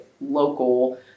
local